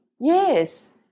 Yes